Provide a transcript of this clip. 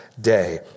day